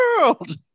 world